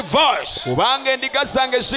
voice